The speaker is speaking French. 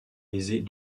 aisée